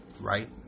right